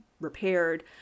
repaired